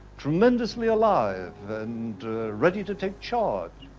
tremendously alive and ready to take charge,